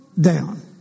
down